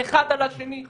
אחד על השני,